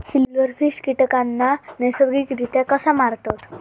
Silverfish कीटकांना नैसर्गिकरित्या कसा मारतत?